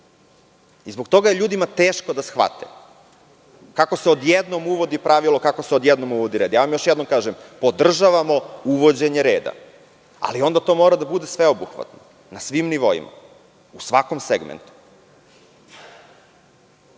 Zbog toga je ljudima teško da shvate kako se odjednom uvodi pravilo, kako se odjednom uvodi red. Još jednom vam kažem, podržavamo uvođenje reda, ali onda to mora da bude sveobuhvatno, na svim nivoima, u svakom segmentu. Kako